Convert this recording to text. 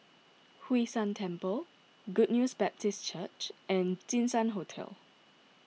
Hwee San Temple Good News Baptist Church and Jinshan Hotel